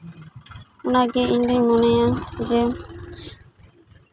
ᱚᱱᱟᱜᱮ ᱤᱧᱫᱩᱧ ᱢᱚᱱᱮᱭᱟ ᱡᱮ